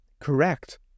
correct